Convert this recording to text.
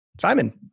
Simon